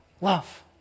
love